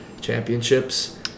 Championships